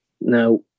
now